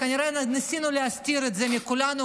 כנראה ניסו להסתיר את זה מכולנו,